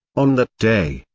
on that day,